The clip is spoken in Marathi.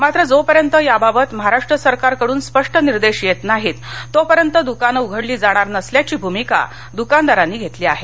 मात्र जोपर्यंत याबाबत महाराष्ट्र सरकार कडून स्पष्ट निर्देश येत नाहीत तोपर्यंत दुकानं उघडली जाणार नसल्याची भूमिका दूकानदारांनी घेतली आहे